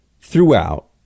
throughout